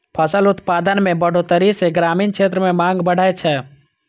फसल उत्पादन मे बढ़ोतरी सं ग्रामीण क्षेत्र मे मांग बढ़ै छै